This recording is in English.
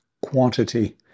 quantity